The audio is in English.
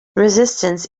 resistance